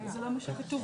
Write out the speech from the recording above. זה לא מה שכתוב.